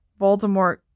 Voldemort